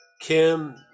Kim